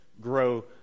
grow